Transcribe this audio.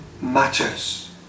matters